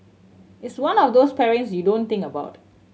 it's one of those pairings you don't think about